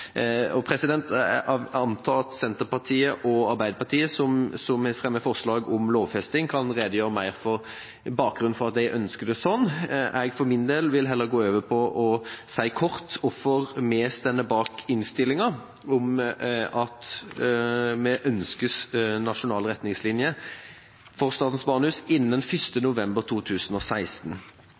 Jeg antar at Senterpartiet og Arbeiderpartiet, som har fremmet forslag om lovfesting, kan redegjøre mer for bakgrunnen for at de ønsker det sånn. Jeg for min del vil heller gå over til å si kort hvorfor vi står bak innstillinga om at vi ønsker nasjonale retningslinjer for Statens barnehus innen 1. november 2016.